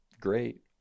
great